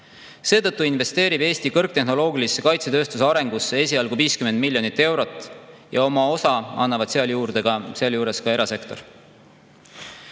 Seetõttu investeerib Eesti kõrgtehnoloogilise kaitsetööstuse arengusse esialgu 50 miljonit eurot, oma osa annab sealjuures ka erasektor.